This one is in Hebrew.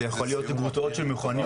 זה יכול להיות גרוטאות של מכוניות,